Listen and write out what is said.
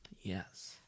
Yes